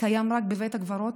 קיים רק בבית הקברות?